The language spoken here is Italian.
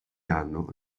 anno